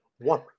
One